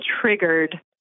triggered